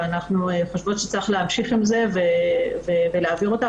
אנחנו חושבות שצריך להמשיך עם זה ולהעביר אותה,